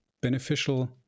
beneficial